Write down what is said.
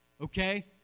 Okay